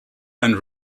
and